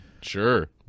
Sure